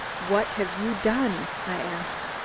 what have you done? i asked.